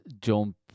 jump